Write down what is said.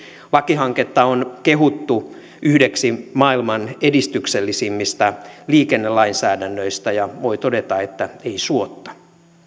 lakihanketta on kehuttu yhdeksi maailman edistyksellisimmistä liikennelainsäädännöistä ja voi todeta että ei suotta